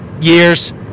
years